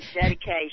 dedication